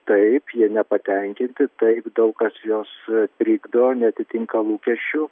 taip jie nepatenkinti taip daug kas juos trikdo neatitinka lūkesčių